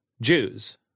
Jews